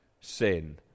sin